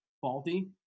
faulty